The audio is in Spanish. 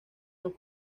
los